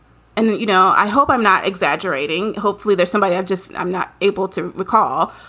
and, you know, i hope i'm not exaggerating. hopefully there's somebody i've just i'm not able to recall.